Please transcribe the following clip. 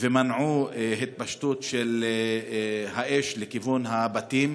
ומנעו את התפשטות האש לכיוון הבתים.